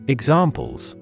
Examples